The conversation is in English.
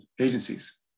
agencies